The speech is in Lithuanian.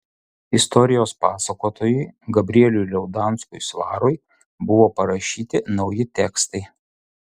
istorijos pasakotojui gabrieliui liaudanskui svarui buvo parašyti nauji tekstai